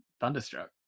Thunderstruck